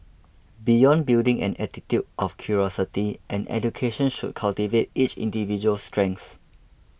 beyond building an attitude of curiosity an education should cultivate each individual's strengths